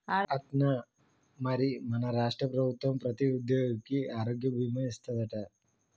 అట్నా మరి మన రాష్ట్ర ప్రభుత్వం ప్రతి ఉద్యోగికి ఆరోగ్య భీమా ఇస్తాదట